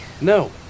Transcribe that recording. No